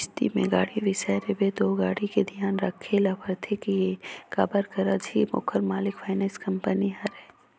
किस्ती में गाड़ी बिसाए रिबे त ओ गाड़ी के धियान राखे ल परथे के काबर कर अझी ओखर मालिक फाइनेंस कंपनी हरय